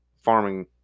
farming